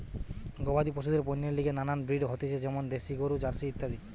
গবাদি পশুদের পণ্যের লিগে নানান ব্রিড হতিছে যেমন দ্যাশি গরু, জার্সি ইত্যাদি